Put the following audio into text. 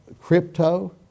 crypto